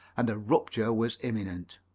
and a rupture was imminent.